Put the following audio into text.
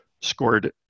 scored